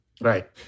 Right